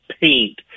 paint